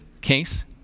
case